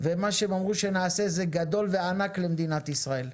ומה שהם אומרים שנעשה זה גדול וזה ענק למדינת ישראל,